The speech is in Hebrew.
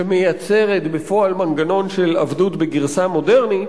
שמייצרת בפועל מנגנון של עבדות בגרסה מודרנית,